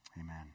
Amen